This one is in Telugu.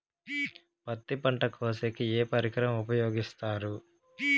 పత్తి పంట కోసేకి ఏ పరికరం ఉపయోగిస్తారు?